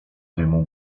dymu